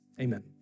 Amen